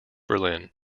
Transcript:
berlin